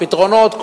הפתרונות,